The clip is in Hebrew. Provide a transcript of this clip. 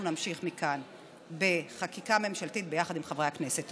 אנחנו נמשיך מכאן בחקיקה ממשלתית ביחד עם חברי הכנסת.